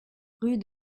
rue